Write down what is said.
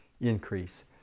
increase